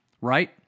right